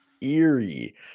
eerie